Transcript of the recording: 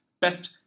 best